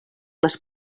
les